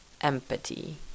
empathy